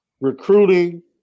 recruiting